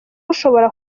ushobora